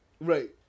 Right